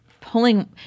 pulling